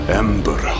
ember